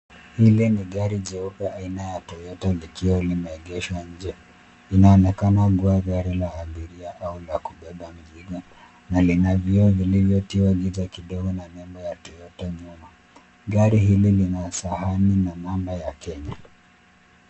Hili ni gari jeupe aina ya Toyota likiwa limeegeshwa nje. Linaonekana kuwa gari la abiria au gari la kubeba mizigo na lina vioo vilivyo tiwa giza kidogo na nembo ya Toyota nyuma. Gari hili lina sahani na namba ya kenya .